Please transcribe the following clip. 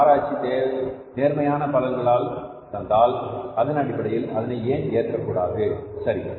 இந்த ஆராய்ச்சி நேர்மறையான பலன்களைத் தந்தால் அதனடிப்படையில் அதனை ஏன் ஏற்கக்கூடாது சரி